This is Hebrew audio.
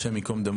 הי"ד,